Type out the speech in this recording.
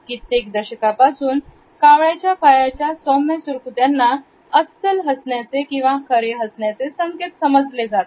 कित्येक दशकांपासून कावळ्याच्या पायाच्या सौम्या सुरकुत्याना अस्सल हसण्याचे किंवा खरे हसण्याचे संकेत समजले जातात